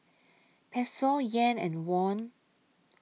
Peso Yen and Won